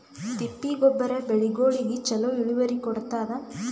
ತಿಪ್ಪಿ ಗೊಬ್ಬರ ಬೆಳಿಗೋಳಿಗಿ ಚಲೋ ಇಳುವರಿ ಕೊಡತಾದ?